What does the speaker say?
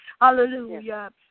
Hallelujah